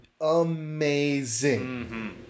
amazing